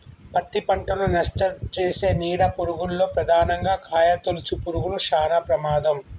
పత్తి పంటను నష్టంచేసే నీడ పురుగుల్లో ప్రధానంగా కాయతొలుచు పురుగులు శానా ప్రమాదం